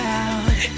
out